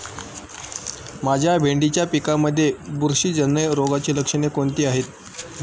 माझ्या भेंडीच्या पिकामध्ये बुरशीजन्य रोगाची लक्षणे कोणती आहेत?